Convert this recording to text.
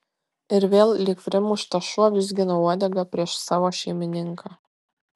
ir vėl lyg primuštas šuo vizginau uodegą prieš savo šeimininką